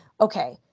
okay